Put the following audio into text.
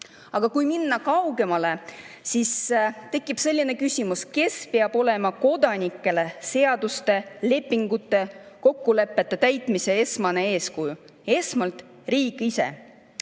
kui minna kaugemale, siis tekib küsimus, kes peab olema kodanikele seaduste, lepingute, kokkulepete täitmise esmane eeskuju. Esmalt riik ise,